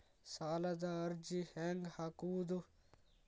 ಸಾಲದ ಅರ್ಜಿ ಹೆಂಗ್ ಹಾಕುವುದು?